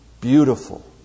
beautiful